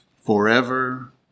forever